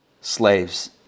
slaves